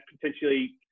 potentially